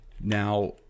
now